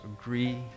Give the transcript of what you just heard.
agree